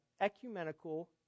ecumenical